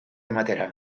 ematera